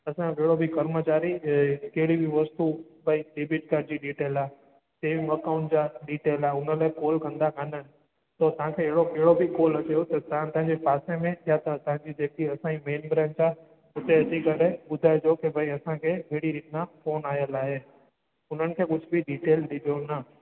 असांजो कहिड़ो बि कमचारी अ कहिड़ी बि वस्तू भाई डेबिट कार्ड जी डिटेल आहे सेविंग अकाउंट्स जा डीटेल आहे उनमें कोई धंधा कोन्हनि त तव्हांखे अहिड़ो कहिड़ो बि कॉल अचेव त तव्हां पंहिंजे पासे में या त असांजी जेकि मेन ब्रांच आहे उते अची करे ॿुधाइजो की भाई असांखे अहिड़ी रीति सां फोन आयल आहे उन्हनि खे कुझु बि डिटेल ॾिजोन न